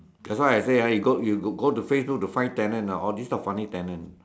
that's why I say ah you go you go go to Facebook to find tenant ah all these are funny tenant